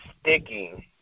sticking